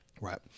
Right